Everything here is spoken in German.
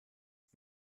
ich